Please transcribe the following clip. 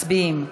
מצביעים.